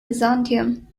byzantium